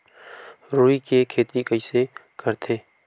रुई के खेती कइसे करथे?